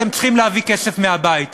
אתם צריכים להביא כסף מהבית.